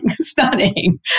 stunning